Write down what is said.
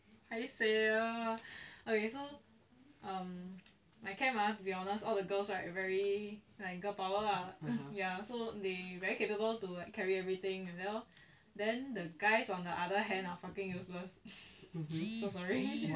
okay so um my camp ah to be honest all the girls right very like girl power ah ya so they very capable to like carry everything like that lor then the guys on the other hand are fucking useless so sorry